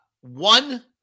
one